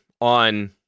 on